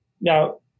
Now